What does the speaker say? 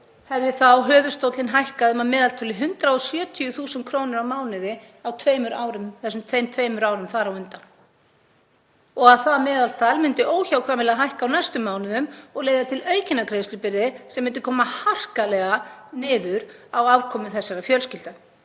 hefði höfuðstóllinn hækkað um að meðaltali 170.000 kr. á mánuði á tveimur árum þar á undan og að það meðaltal myndi óhjákvæmilega hækka á næstu mánuðum og leiða til aukinnar greiðslubyrði sem myndi koma harkalega niður á afkomu umræddrar fjölskyldu.